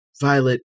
Violet